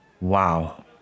Wow